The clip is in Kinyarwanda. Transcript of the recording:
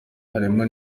harimo